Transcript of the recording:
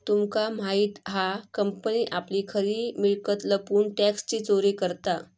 तुमका माहित हा कंपनी आपली खरी मिळकत लपवून टॅक्सची चोरी करता